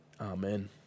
Amen